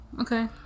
Okay